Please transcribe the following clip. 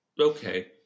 Okay